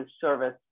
service